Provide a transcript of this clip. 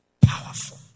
powerful